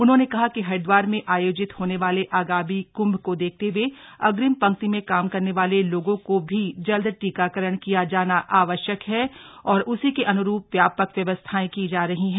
उन्होंने कहा कि हरिद्वार में आयोजित होने वाले आगामी क्म को देखते हुए अग्रिम पंक्ति में काम करने वाले लोगों का भी जल्द टीकाकरण किया जाना आवश्यक है और उसी के अनुरूप व्यापक व्यवस्थाएं की जा रही है